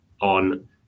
on